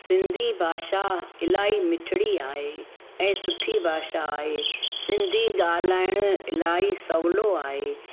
सिंधी भाषा इलाही मिठणी आहे ऐं सुठी भाषा आहे सिंधी ॻाल्हाइणु इलाही सवलो आहे